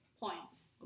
points